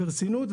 ברצינות.